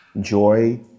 joy